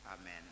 Amen